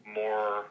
more